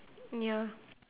ya